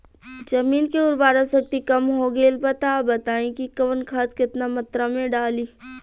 जमीन के उर्वारा शक्ति कम हो गेल बा तऽ बताईं कि कवन खाद केतना मत्रा में डालि?